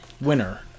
winner